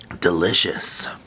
Delicious